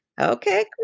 Okay